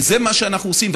וזה מה שאנחנו עושים.